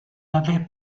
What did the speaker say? avait